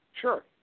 Sure